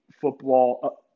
football